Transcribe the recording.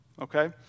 okay